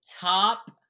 top